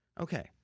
Okay